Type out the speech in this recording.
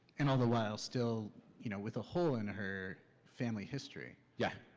and all the while still you know with a hole in her family history? yeah.